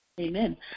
Amen